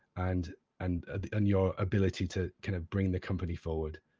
and and and your ability to kind of bring the company forward.